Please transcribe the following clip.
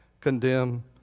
condemn